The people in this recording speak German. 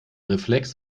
reflex